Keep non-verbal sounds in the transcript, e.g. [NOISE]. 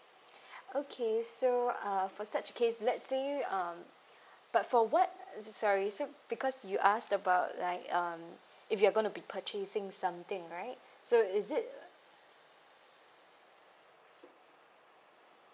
[BREATH] okay so uh for such case let's say um but for what sorry so because you asked about like um if you're going to be purchasing something right so is it